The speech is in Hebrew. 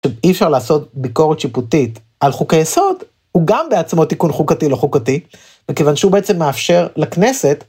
שאי אפשר לעשות ביקורת שיפוטית על חוקי יסוד, הוא גם בעצמו תיקון חוקתי לא חוקתי, מכיוון שהוא בעצם מאפשר לכנסת